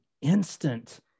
instant